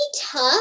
tough